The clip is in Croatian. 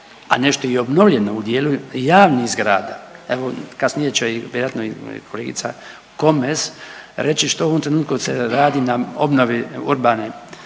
a nešto je i obnovljeno u dijelu javnih zgrada, evo kasnije će vjerojatno i kolegica Komes reći što u ovom trenutku se radi na obnovi urbane